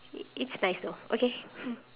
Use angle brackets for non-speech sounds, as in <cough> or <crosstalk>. it's it's nice though okay <breath>